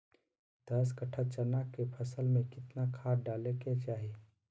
दस कट्ठा चना के फसल में कितना खाद डालें के चाहि?